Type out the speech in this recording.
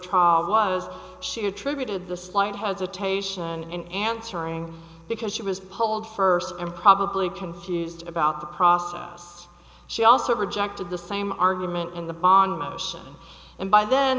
trial was she attributed the slight hesitation and answering because she was polled first and probably confused about the process she also rejected the same argument in the bond motion and by then